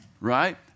right